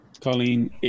Colleen